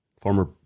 former